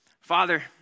Father